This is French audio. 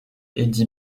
eddy